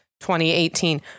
2018